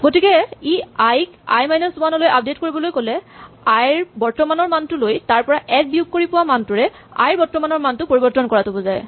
গতিকে ই আই ক আই মাইনাচ ৱান লৈ আপডেট কৰিবলৈ ক'লে আই ৰ বৰ্তমানৰ মানটো লৈ তাৰ পৰা ১ বিয়োগ কৰি পোৱা মানটোৰে আই ৰ বৰ্তমানৰ মানটো পৰিবৰ্তন কৰাটো বুজায়